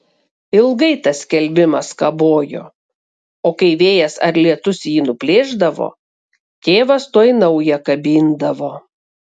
ilgai tas skelbimas kabojo o kai vėjas ar lietus jį nuplėšdavo tėvas tuoj naują kabindavo